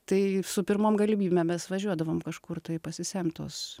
tai su pirmom galimybėm mes važiuodavom kažkur tai pasisemt tos